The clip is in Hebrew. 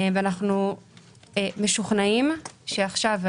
ואנחנו משוכנעים שעכשיו,